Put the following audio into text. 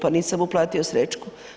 Pa nisam uplatio srećku.